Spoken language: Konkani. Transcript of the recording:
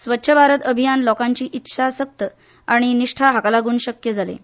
स्वच्छ भारत अभियान लोकांची इत्साशक्त आनी निश्ठा हाका लागून शक्य जालें